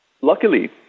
luckily